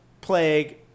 plague